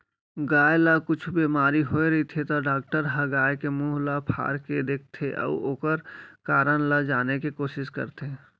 गाय ल कुछु बेमारी होय रहिथे त डॉक्टर ह गाय के मुंह ल फार के देखथें अउ ओकर कारन ल जाने के कोसिस करथे